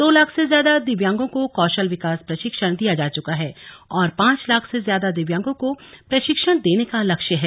दो लाख से ज्यादा दिव्यांगों को कौशल विकास प्रशिक्षण दिया जा चुका है और पांच लाख से ज्यादा दिव्यांगों को प्रशिक्षण देने का लक्ष्य है